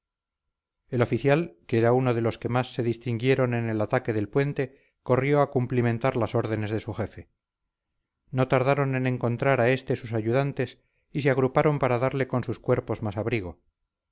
el oficial que era uno de los que más se distinguieron en el ataque del puente corrió a cumplimentar las órdenes de su jefe no tardaron en encontrar a este sus ayudantes y se agruparon para darle con sus cuerpos más abrigo